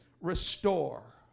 restore